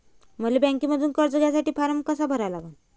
मले बँकेमंधून कर्ज घ्यासाठी फारम कसा भरा लागन?